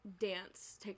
dance